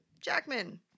Jackman